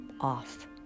off